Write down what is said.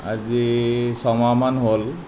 আজি ছমাহমান হ'ল